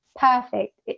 perfect